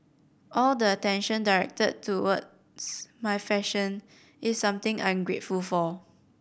all the attention directed towards my fashion is something I'm grateful for